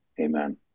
Amen